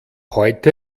heute